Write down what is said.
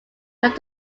tried